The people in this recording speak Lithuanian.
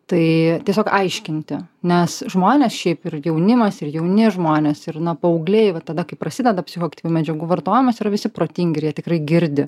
tai tiesiog aiškinti nes žmonės šiaip ir jaunimas ir jauni žmonės ir na paaugliai va tada kai prasideda psichoaktyvių medžiagų vartojimas yra visi protingi ir jie tikrai girdi